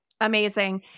Amazing